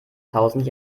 tausend